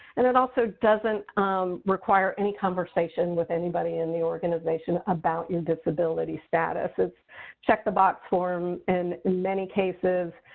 and it also doesn't um require any conversation with anybody in the organization about your disability status. it's a check the box form. in many cases,